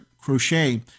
Crochet